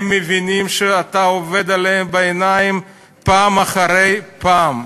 הם מבינים שאתה עובד עליהם בעיניים פעם אחרי פעם.